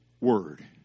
word